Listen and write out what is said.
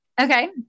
Okay